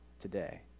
today